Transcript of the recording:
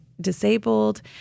disabled